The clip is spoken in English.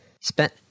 spent